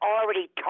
already